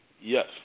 Yes